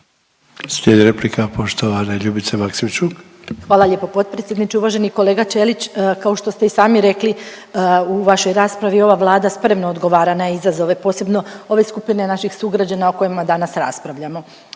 Slijedi replika poštovane Ljubice Maksimčuk. **Maksimčuk, Ljubica (HDZ)** Hvala lijepo potpredsjedniče. Uvaženi kolega Ćelić kao što ste i sami rekli u vašoj raspravi ova Vlada spremno odgovara na izazove posebno ove skupine naših sugrađana o kojima danas raspravljamo.